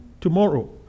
Tomorrow